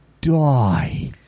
die